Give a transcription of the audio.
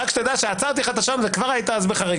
רק שתדע שעצרתי לך את השעון, וכבר אז היית בחריגה.